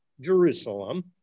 jerusalem